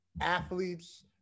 athletes